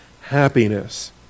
happiness